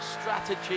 Strategy